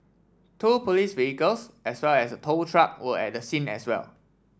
two police vehicles as well as tow truck were at the scene as well